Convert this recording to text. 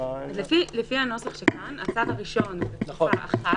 לפי הנוסח שכאן, הצו הראשון זה לתקופה אחת,